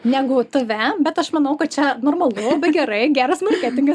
negu tave bet aš manau kad čia normalu gerai geras marketingas